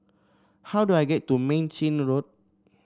how do I get to Mei Chin Road